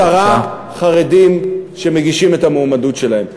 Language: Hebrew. עשרה חרדים שמגישים את המועמדות שלהם.